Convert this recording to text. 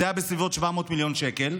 זה היה בסביבות 700 מיליון שקלים,